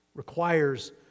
requires